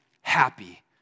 happy